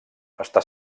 està